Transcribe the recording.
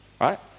right